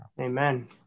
Amen